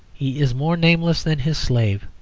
he is more nameless than his slave.